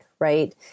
Right